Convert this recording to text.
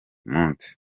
munsi